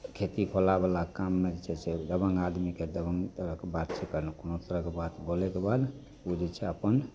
खेती कोला बला काम नहि छै से दबङ्ग आदमी कए दबङ्ग तरहके बातके कारण कोनो तरहके बात बोलेके बाद ओ जे छै अपन